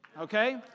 Okay